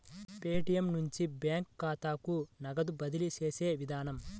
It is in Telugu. పేటీఎమ్ నుంచి బ్యాంకు ఖాతాకు నగదు బదిలీ చేసే విధానం